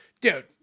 Dude